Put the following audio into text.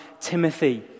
Timothy